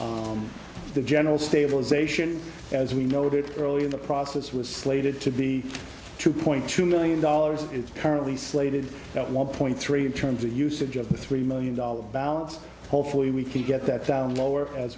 on the general stabilization as we noted early in the process was slated to be two two point dollars currently slated at one point three in terms of usage of the three million dollars balance hopefully we can get that down lower as